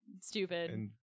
stupid